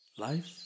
Life